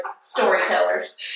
storytellers